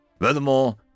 Furthermore